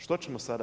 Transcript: Što ćemo sada?